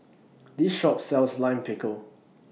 This Shop sells Lime Pickle